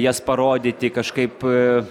jas parodyti kažkaip a